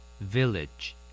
Village